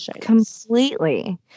completely